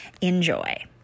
Enjoy